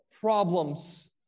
problems